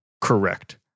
Correct